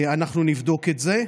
אנחנו נבדוק את זה.